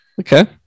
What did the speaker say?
Okay